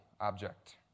object